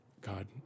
god